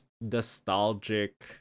nostalgic